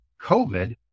COVID